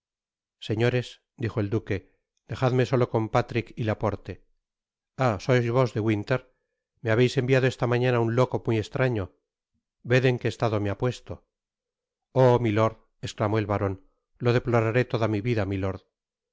señores dijo'el duque dejadme solo con patrick y laporte ah sois os de winter me habeis enviado esta mañana un loco muy eslraño i ved en qié estado me ha puesto oh milord esclamó el baron lo deploraré toda mi vida milord no